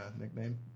nickname